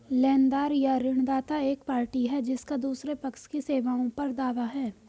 लेनदार या ऋणदाता एक पार्टी है जिसका दूसरे पक्ष की सेवाओं पर दावा है